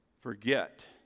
forget